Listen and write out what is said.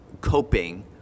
coping